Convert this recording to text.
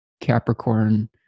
Capricorn